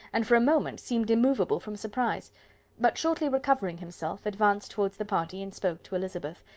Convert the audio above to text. and for a moment seemed immovable from surprise but shortly recovering himself, advanced towards the party, and spoke to elizabeth,